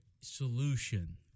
solution